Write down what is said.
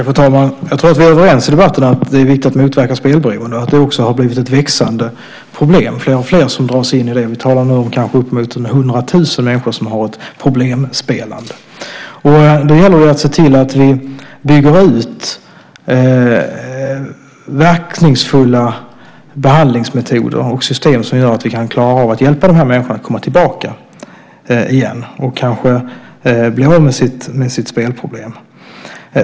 Fru talman! Jag tror att vi är överens om att det är viktigt att motverka spelberoende och att det har blivit ett växande problem. Det är fler och fler som dras in i det. Det är nog uppemot hundratusen människor som har ett problemspelande. Det gäller att se till att vi bygger ut verkningsfulla behandlingsmetoder och system som gör att vi kan klara av att hjälpa de här människorna att komma tillbaka och kanske bli av med sitt spelproblem.